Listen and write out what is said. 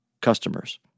customers